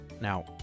Now